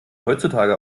heutzutage